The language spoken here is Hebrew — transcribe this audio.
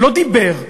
לא דיבר,